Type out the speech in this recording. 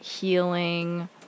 healing